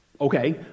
okay